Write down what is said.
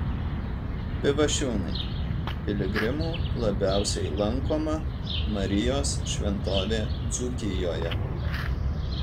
pivašiūnai piligrimų labiausiai lankoma marijos šventovė dzūkijoje